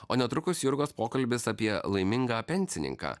o netrukus jurgos pokalbis apie laimingą pensininką